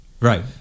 Right